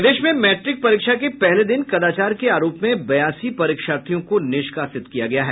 प्रदेश में मैट्रिक परीक्षा के पहले दिन कदाचार के आरोप में बयासी परीक्षार्थियों को निष्कासित किया गया है